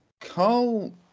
Carl